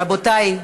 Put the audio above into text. רבותי,